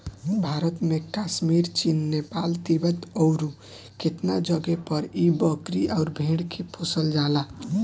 भारत में कश्मीर, चीन, नेपाल, तिब्बत अउरु केतना जगे पर इ बकरी अउर भेड़ के पोसल जाला